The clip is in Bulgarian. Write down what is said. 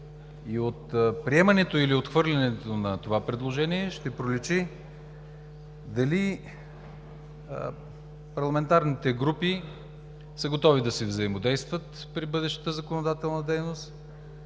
От приемането или отхвърлянето на това предложение ще проличи дали парламентарните групи са готови да си взаимодействат при бъдещата законодателна дейност,